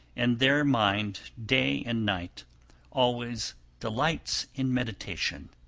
and their mind day and night always delights in meditation.